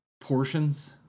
portions